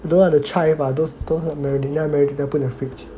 don't have the chive ah those those marinate then marinate put in the fridge